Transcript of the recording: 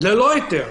ללא היתר.